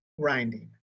grinding